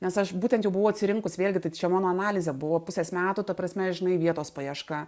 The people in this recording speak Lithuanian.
nes aš būtent jau buvau atsirinkus vėlgi tai čia mano analizė buvo pusės metų ta prasme žinai vietos paieška